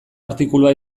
artikulua